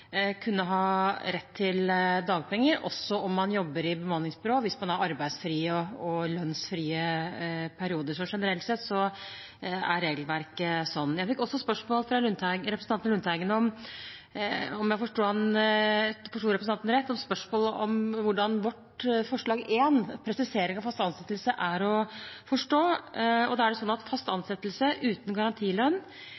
kunne ha rett til dagpenger også om man jobber i bemanningsbyrå, hvis man har arbeidsfrie og lønnsfrie perioder. Generelt sett er regelverket sånn. Jeg fikk også spørsmål fra representanten Lundteigen om, om jeg forsto ham rett, hvordan vårt forslag om presisering av fast ansettelse er å forstå. Det er sånn at fast